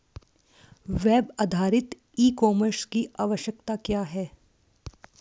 Web आधारित e commerce की आवश्यकता क्या है?